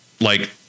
like-